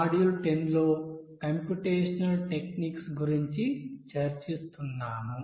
module 10 లో computational techniques గురించి చర్చిస్తున్నాము